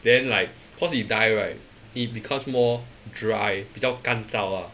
then like cause it dye right it becomes more dry 比较干燥 lah